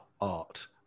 art